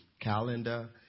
calendar